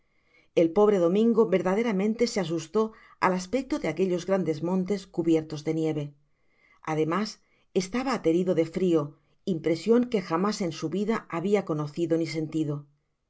el pobre domingo verdaderamente se asustó al aspecto de aquellos grandes montes cubiertos de nieve ademas estaba aterido de frio impresion que jamás en su vida habia conocido ni sentido